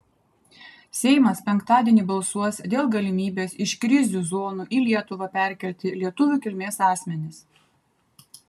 seimas penktadienį balsuos dėl galimybės iš krizių zonų į lietuvą perkelti lietuvių kilmės asmenis